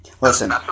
listen